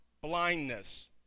blindness